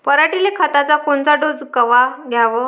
पऱ्हाटीले खताचा कोनचा डोस कवा द्याव?